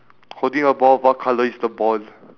holding a ball what colour is the ball